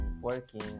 working